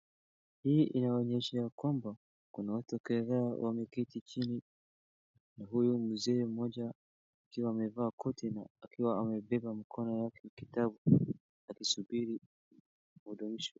Hii inaonyesha ya kwamba, kuna watu kadhaa wameketi chini, na huyu mzee mmoja akiwa amevaa koti na akiwa amebeba mkono yake kitabu akisubiri hudumisho.